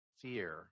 fear